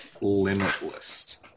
limitless